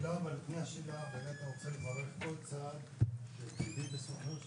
רוצה לברך על הצעד שבסופו של